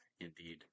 indeed